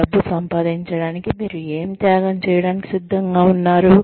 డబ్బు సంపాదించడానికి మీరు ఏమి త్యాగం చేయడానికి సిద్ధంగా ఉన్నారు